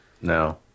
No